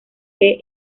que